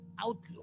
outlook